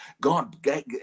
God